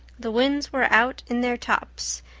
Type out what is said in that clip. the winds were out in their tops,